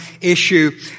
issue